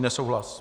Nesouhlas.